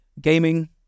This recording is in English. gaming